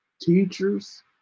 teachers